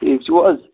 ٹھیٖک چھُو حظ